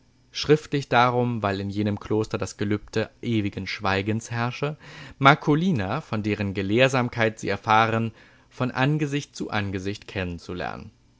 schriftlich darum weil in jenem kloster das gelübde ewigen schweigens herrsche marcolina von deren gelehrsamkeit sie erfahren von angesicht zu angesicht kennenzulernen